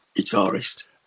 guitarist